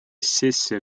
сессия